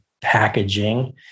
packaging